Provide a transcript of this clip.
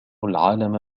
العالم